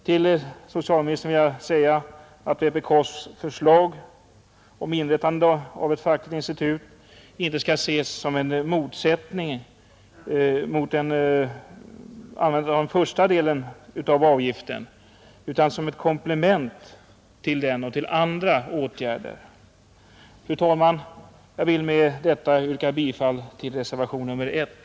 Till socialministern vill jag säga att vpk:s förslag om inrättande av ett fackligt institut inte skall ses som en motsättning mot användningen av den första delen av avgiften utan som ett komplement till denna och andra åtgärder. Fru talman! Jag vill med detta yrka bifall till reservationen 1.